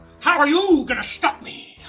how are you gonna stop me?